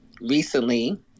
recently